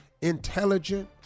intelligent